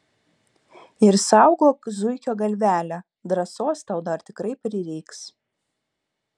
ir saugok zuikio galvelę drąsos tau dar tikrai prireiks